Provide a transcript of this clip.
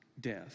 death